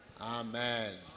Amen